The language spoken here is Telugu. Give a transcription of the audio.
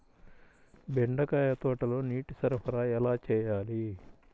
బెండకాయ తోటలో నీటి సరఫరా ఎలా చేయాలి?